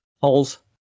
Holes